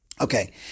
Okay